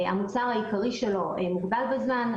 המוצר העיקרי שלו מוגבל בזמן,